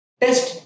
test